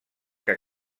que